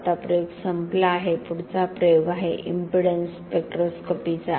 आता प्रयोग संपला आहे पुढचा प्रयोग आहे इम्पेडन्स स्पेक्ट्रोस्कोपीचा